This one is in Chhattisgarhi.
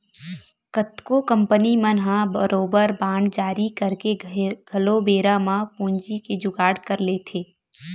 कतको कंपनी मन ह बरोबर बांड जारी करके घलो बेरा म पूंजी के जुगाड़ कर लेथे